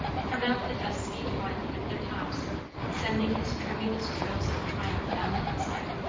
from out the dusky twilight of their tops sending his tremulous trills of triumph down the hillside,